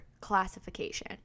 classification